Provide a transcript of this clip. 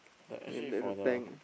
the actually for the